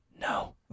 No